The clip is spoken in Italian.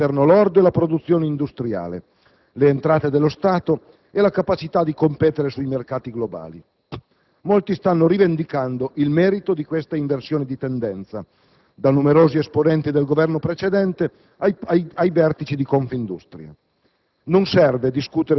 crescono il prodotto interno lordo, la produzione industriale, le entrate dello Stato e la capacità di competere sui mercati globali. Molti stanno rivendicando il merito di questa inversione di tendenza, da numerosi esponenti del Governo precedente ai vertici di Confindustria.